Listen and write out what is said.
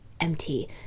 empty